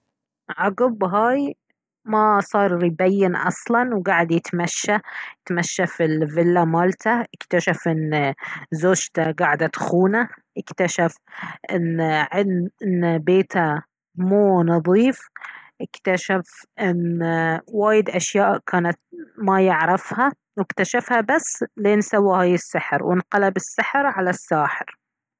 عقب هاي ما صار يبين اصلا وقعد يتمشى تمشى في الفيلا مالته اكتشف انه زوجته قاعده تخونة اكتشف انه عند ان بيته مو نظيف اكتشف ان وايد اشياء كانت ما يعرفها واكتشفها بس لين سوى هاي السحر وانقلب السحر على الساحر